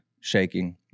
shaking